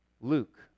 Luke